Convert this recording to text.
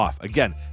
Again